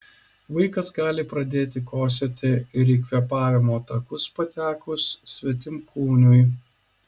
vaikas gali pradėti kosėti ir į kvėpavimo takus patekus svetimkūniui